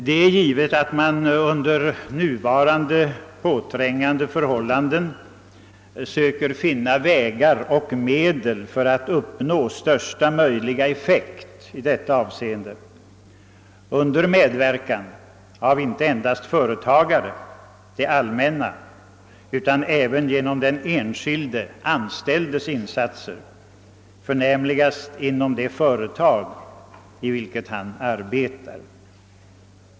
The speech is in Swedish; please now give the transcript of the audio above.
Det är givet att man under nuvarande ansträngda förhållanden söker finna vägar för att uppnå största möjliga effekt i detta avseende inte endast under medverkan av företagare och det allmänna utan även ge nom den enskilde anställdes insatser, förnämligast inom det företag i vilket han arbetar.